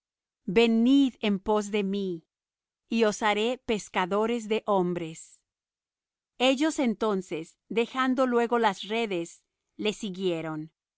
venid en pos de mí y os haré pescadores de hombres ellos entonces dejando luego las redes le siguieron